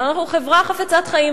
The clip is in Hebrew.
אנחנו חברה חפצת חיים,